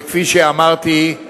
וכפי שאמרתי,